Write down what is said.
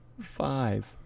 Five